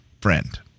friend